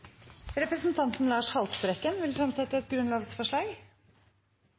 Representanten Lars Haltbrekken vil fremsette et grunnlovsforslag.